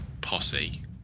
posse